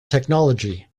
technology